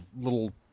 little